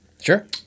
Sure